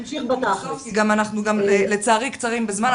גם אנחנו לצערי קצרים בזמן.